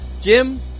Jim